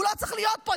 הוא לא צריך להיות פה.